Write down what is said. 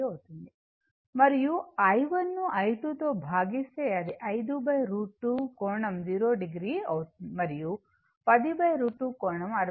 అవుతుంది మరియు i1 ను i2 తో భాగిస్తే అది 5√ 2 కోణం 0o మరియు 10√ 2 కోణం 60o